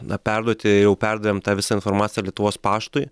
na perduoti jau perdavėm tą visą informaciją lietuvos paštui